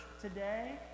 today